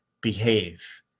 behave